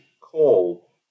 call